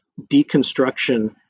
deconstruction